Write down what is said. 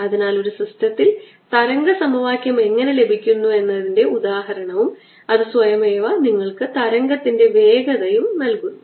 അതിനാൽ ഒരു സിസ്റ്റത്തിൽ തരംഗ സമവാക്യം എങ്ങനെ ലഭിക്കുന്നു എന്നതിന്റെ ഒരു ഉദാഹരണവും അത് സ്വയമേവ നിങ്ങൾക്ക് തരംഗത്തിന്റെ വേഗതയും നൽകുന്നു